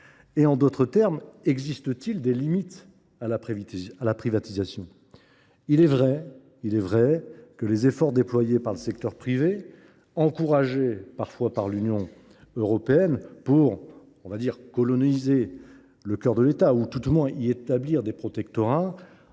En d’autres termes, existe t il des limites à la privatisation ? Il est vrai que les efforts déployés par le secteur privé, encouragés parfois par l’Union européenne, pour coloniser le cœur de l’État, ou tout au moins y établir des protectorats,